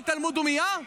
פה תיאלמו, דומייה?